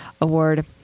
award